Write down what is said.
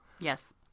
Yes